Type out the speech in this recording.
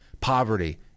poverty